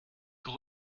der